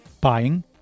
Buying